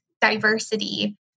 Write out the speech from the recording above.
diversity